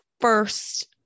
first